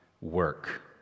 work